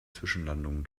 zwischenlandungen